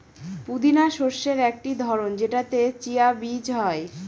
পুদিনা শস্যের একটি ধরন যেটাতে চিয়া বীজ হয়